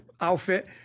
outfit